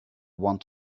want